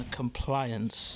compliance